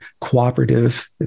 cooperative